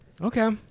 Okay